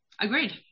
Agreed